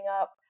up